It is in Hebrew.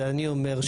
זה אני אומר,